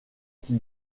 qui